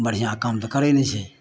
बढ़िऑं काम तऽ करै नहि छै